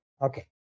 Okay